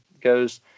goes